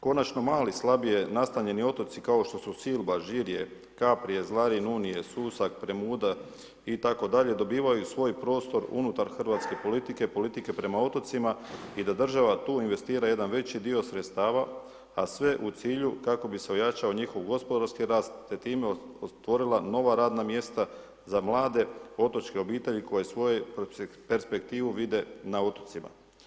Konačno, mali, slabije nastanjeni otoci, kao što su Silba, Žirje, Kaprije, Zlarin, Unije, Susak, Premuda itd. dobivaju svoj prostor unutar hrvatske politike, politike prema otocima i da država tu investira jedan veći dio sredstava, a sve u cilju kako bi se ojačao njihov gospodarski rast, te time otvorila nova radna mjesta za mlade otočke obitelji koje svoju perspektivu vide na otocima.